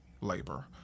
labor